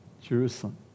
Jerusalem